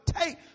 take